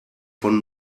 von